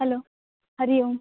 hello हरिः ओम्